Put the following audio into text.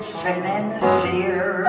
financier